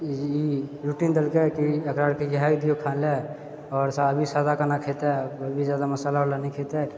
routine देलकै कि एकरा आरके इएए दिऔ खाए लए आओर सादा खाना खेतै आओर भी जादा मसाला वाला नहि खेतै